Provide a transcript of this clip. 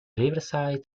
riverside